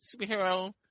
superhero